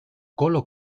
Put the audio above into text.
colo